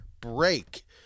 break